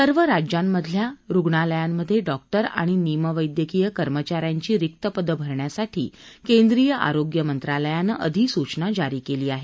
सर्व राज्यांमधल्या रुग्णालयांमध्ये डॉक्टर आणि निम वैद्यकीय कर्मचाऱ्यांची रिक्त पदं भरण्यासाठी केंद्रीय आरोग्य मंत्रालयानं अधिसूचना जारी केली आहे